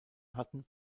hatten